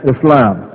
Islam